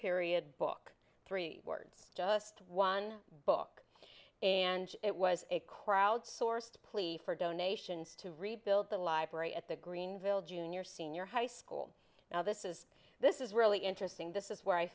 period book three words just one book and it was a crowd sourced plea for donations to rebuild the library at the greenville junior senior high school now this is this is really interesting this is where i